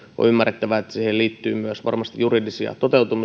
on ymmärrettävää että siihen liittyy myös varmasti juridisia